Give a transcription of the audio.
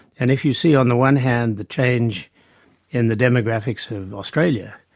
and if you see on the one hand the change in the demographics of australia,